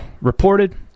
reported